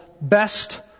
Best